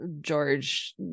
George